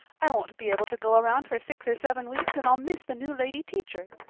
i won't be able to go around for six or seven weeks and i'll miss the new lady teacher.